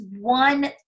one